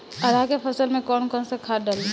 अरहा के फसल में कौन कौनसा खाद डाली?